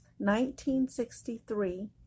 1963